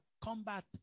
combat